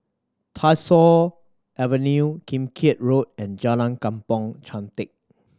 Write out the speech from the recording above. Tyersall Avenue Kim Keat Road and Jalan Kampong Chantek